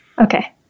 Okay